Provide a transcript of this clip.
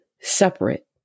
separate